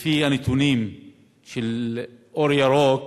כך שלפי הנתונים של "אור ירוק",